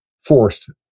forced